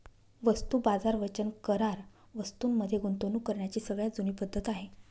वस्तू बाजार वचन करार वस्तूं मध्ये गुंतवणूक करण्याची सगळ्यात जुनी पद्धत आहे